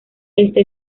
este